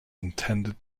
intended